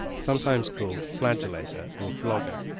sometimes called flagellator, or flogger.